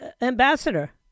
ambassador